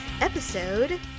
episode